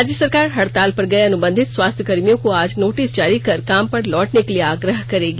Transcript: राज्य सरकार हड़ताल पर गए अनुबंधित स्वास्थ्यकर्मियों को आज नोटिस जारी कर काम पर लौटने के लिए आग्रह करेगी